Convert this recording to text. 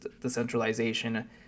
decentralization